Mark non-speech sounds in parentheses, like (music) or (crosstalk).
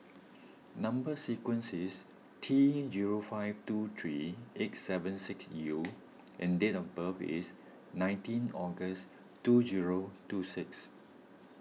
Number Sequence is T zero five two three eight seven six U (noise) and date of birth is nineteen August two zero two six